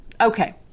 Okay